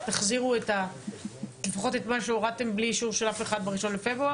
תחזירו לפחות את מה שהורדתם בלי אישור של אף אחד ב-1 בפברואר?